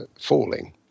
falling